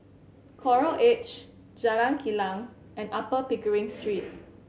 Coral Edge Jalan Kilang and Upper Pickering Street